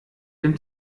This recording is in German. dem